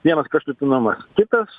vienas kraštutinumas kitas